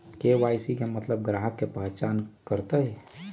KYC के मतलब ग्राहक का पहचान करहई?